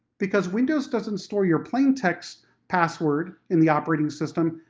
because windows doesn't store your plaintext password in the operating system,